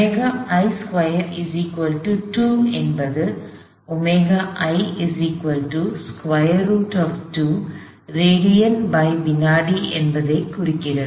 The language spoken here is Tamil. எனவே என்பது ரேடியன் வினாடி என்பதைக் குறிக்கிறது